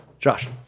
Josh